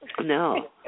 No